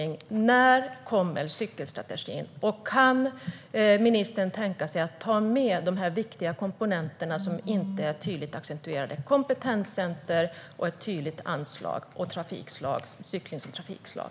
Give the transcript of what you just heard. När kommer cykelstrategin? Kan ministern tänka sig att ta med de viktiga komponenterna som inte är tydligt accentuerade, kompetenscenter och ett tydligt anslag för cykling som trafikslag?